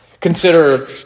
Consider